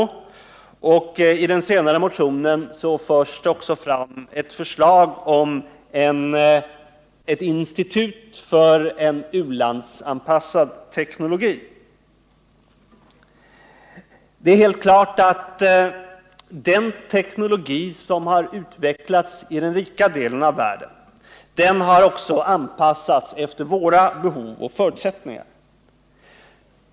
Och i den senare motionen förs det också fram förslag på ett institut för u-landsanpassad teknologi. Det är helt klart att den teknologi som har utvecklats i den rika delen av världen också har anpassats efter våra behov och förutsättningar.